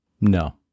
No